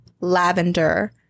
lavender